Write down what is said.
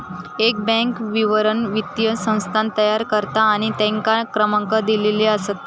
एक बॅन्क विवरण वित्तीय संस्थान तयार करता आणि तेंका क्रमांक दिलेले असतत